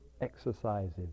exercises